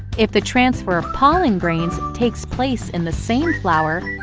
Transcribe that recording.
if the transfer of pollen grain takes place in the same flower,